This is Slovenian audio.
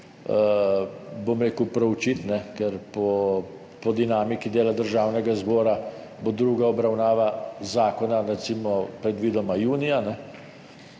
bi mogli proučiti, ker po dinamiki dela Državnega zbora bo druga obravnava zakona recimo predvidoma junija.